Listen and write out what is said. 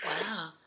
Wow